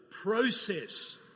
process